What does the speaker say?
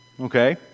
okay